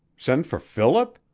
send for philip?